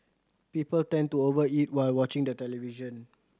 people tend to over eat while watching the television